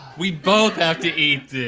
we both have to eat